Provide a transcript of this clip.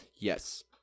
Yes